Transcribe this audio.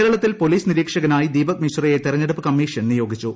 കേരളത്തിൽ പൊലീസ് നിരീക്ഷകനായി ദീപക് മിശ്രയെ തെരഞ്ഞെടുപ്പ് കമ്മീഷൻ നിയോഗിച്ചു